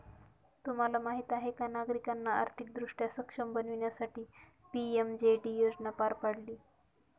तुम्हाला माहीत आहे का नागरिकांना आर्थिकदृष्ट्या सक्षम बनवण्यासाठी पी.एम.जे.डी योजना पार पाडली